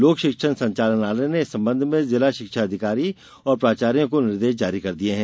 लोक शिक्षण संचालनालय ने इस संबंध में जिला शिक्षा अधिकारी और प्राचार्यों को निर्देश जारी कर दिये हैं